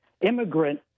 immigrant